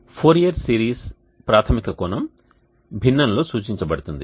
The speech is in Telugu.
ఫోరియర్ సిరీస్ ప్రాథమిక కోణం భిన్నంలో సూచించబడుతుంది